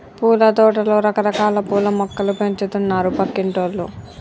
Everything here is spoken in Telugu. పూలతోటలో రకరకాల పూల మొక్కలు పెంచుతున్నారు పక్కింటోల్లు